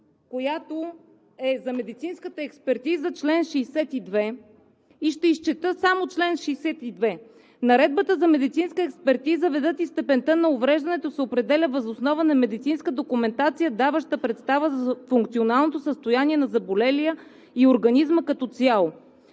която е за медицинската експертиза, чл. 62, и ще изчета само чл. 62. Наредбата за медицинска експертиза: „Видът и степента на увреждането се определя въз основа на медицинска документация, даваща представа за функционалното състояние на заболелия и организма като цяло“.